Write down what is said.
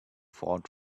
fought